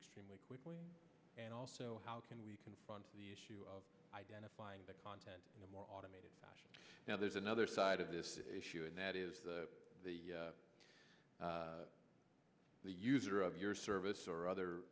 extremely quickly and also how can we confront the issue of identifying the content in a more automated fashion now there's another side of this issue and that is the the user of your service or other